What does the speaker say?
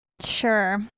Sure